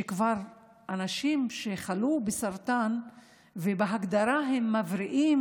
שאנשים שכבר חלו בסרטן ובהגדרה הם מבריאים